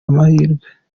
amahirwe